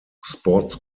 sports